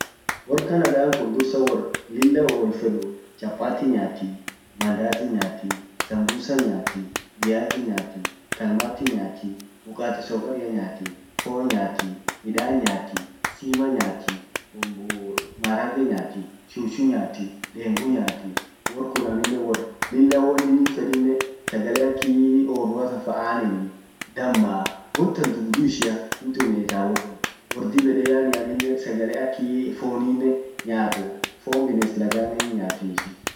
Wor canada kunnen wor lilla wol feduu. Chapati nyaati, mandazi nyaati, sambusa nyaati, viazi nyaati, kalmati nyaati, mkate sokaria nyaati .fon nyaati, midan nyaati, sima nyaati, marage nyaati, shushu nyaati, dengu nyaati, wor kun amminen wor lilla woninen fedinen sagale aki, orrrua tanfa, aneni ,dammaa. won tan dudu ishia hintumieta wor kun, wor dib ede nyaani sagale aki foninen nyaatu, fon bines lagganen hinyaati ishin.